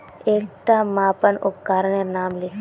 एकटा मापन उपकरनेर नाम लिख?